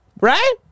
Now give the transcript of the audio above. right